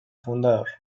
fundador